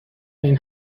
این